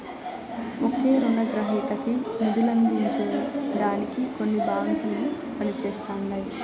ఒకే రునగ్రహీతకి నిదులందించే దానికి కొన్ని బాంకిలు పనిజేస్తండాయి